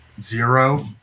zero